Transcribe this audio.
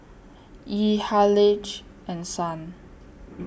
Yee Haleigh and Stan